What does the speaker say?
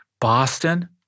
Boston